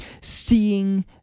seeing